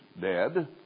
dead